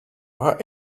are